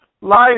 life